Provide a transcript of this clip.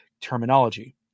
terminology